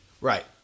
Right